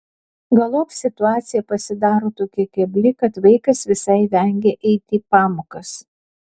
galop situacija pasidaro tokia kebli kad vaikas visai vengia eiti į pamokas